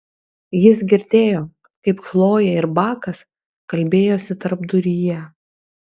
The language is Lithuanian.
jis girdėjo kaip chlojė ir bakas kalbėjosi tarpduryje